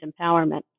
empowerment